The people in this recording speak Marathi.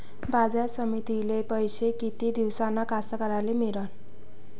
बाजार समितीतले पैशे किती दिवसानं कास्तकाराइले मिळते?